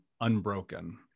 unbroken